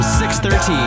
613